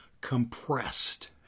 compressed